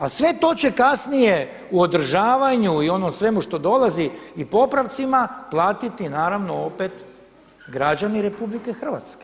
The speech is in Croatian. A sve to će kasnije u održavanju i onom svemu što dolazi i popravcima platiti naravno opet građani RH.